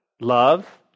Love